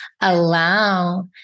allow